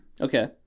Okay